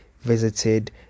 visited